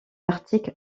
article